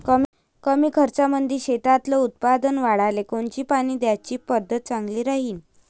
कमी खर्चामंदी शेतातलं उत्पादन वाढाले कोनची पानी द्याची पद्धत चांगली राहीन?